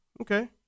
Okay